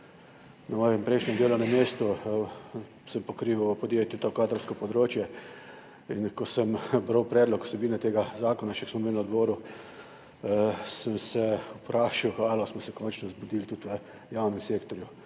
na svojem prejšnjem delovnem mestu pokrival v podjetju kadrovsko področje in ko sem bral predlog vsebine tega zakona, ki smo ga imeli na odboru, sem se vprašal, ali smo se končno zbudili tudi v javnem sektorju.